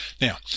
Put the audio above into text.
now